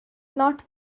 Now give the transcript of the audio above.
not